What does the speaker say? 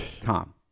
Tom